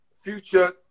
future